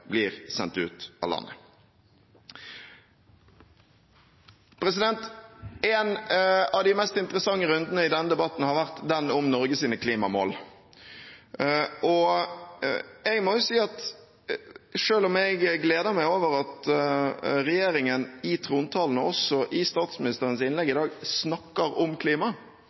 blir sendt ut av landet. En av de mest interessante rundene i denne debatten har vært den om Norges klimamål. Jeg må si at selv om jeg gleder meg over at regjeringen i trontalen og også statsministeren i sitt innlegg i dag snakker om klima